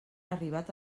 arribat